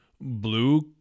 blue